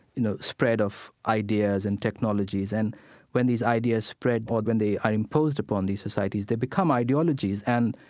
you know, spread of ideas and technologies, and when these ideas spread or when they are imposed upon these societies, they become ideologies. and,